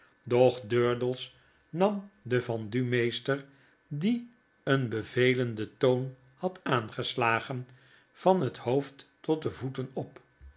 nam den vendumeester die een bevelenden toon had aangeslagen van het hoofd tot de voeten op